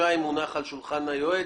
ברור שעל הדברים האלה יהיה